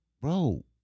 Bro